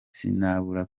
sinabura